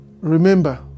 Remember